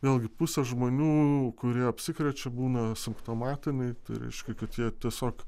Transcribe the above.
vėlgi pusė žmonių kurie apsikrečia būna simptomatiniai tai reiškia kad jie tiesiog